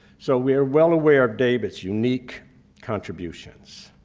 so we're well aware of david's unique contributions.